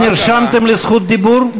לא נרשמתם לזכות דיבור?